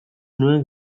nuen